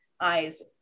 eyes